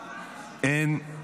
הזה,